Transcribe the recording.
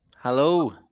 Hello